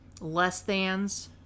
less-thans